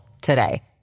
today